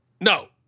No